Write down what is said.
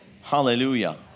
Hallelujah